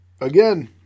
again